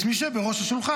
יש מי שיושב בראש השולחן,